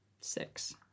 Six